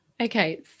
Okay